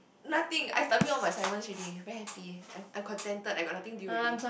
nothing I submit all my assignment already very happy I'm I'm contented I got nothing to do already